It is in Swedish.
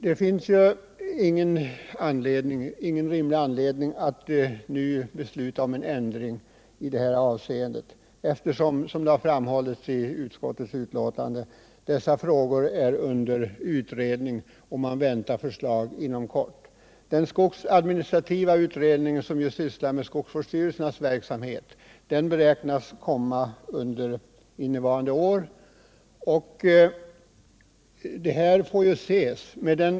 Det finns ingen rimlig anledning att nu besluta om en ändring i det här avseendet. Som framhålles i utskottets betänkande är dessa frågor under utredning och förslag väntas inom kort. Skogsadministrativa utredningen, som sysslar med skogsvårdsstyrelsernas verksamhet, beräknas komma med sitt betänkande under innevarande år.